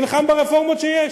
נלחם ברפורמות שיש.